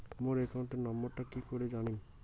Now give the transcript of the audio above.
মোর account নাম্বারটা কি করি জানিম?